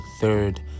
third